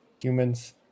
humans